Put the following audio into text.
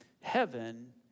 heaven